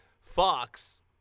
Fox